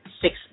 Six